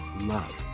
love